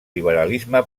liberalisme